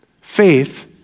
Faith